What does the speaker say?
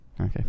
okay